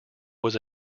was